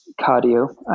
cardio